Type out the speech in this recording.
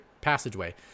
passageway